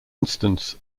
instance